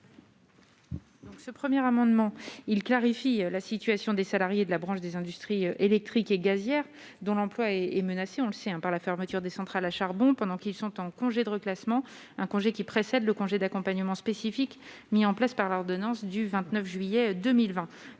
ce 1er amendement il clarifie la situation des salariés de la branche des industries électriques et gazières, dont l'emploi est menacé, on le sait, par la fermeture des. Centrales à charbon pendant qu'ils sont en congé de reclassement, un congé qui précède le congé d'accompagnement spécifique mis en place par l'ordonnance du 29 juillet 2020